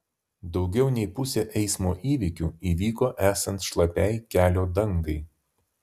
daugiau nei pusė eismo įvykių įvyko esant šlapiai kelio dangai